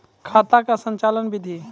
खाता का संचालन बिधि?